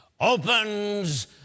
opens